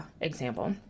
example